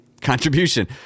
contribution